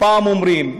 פעם אומרים: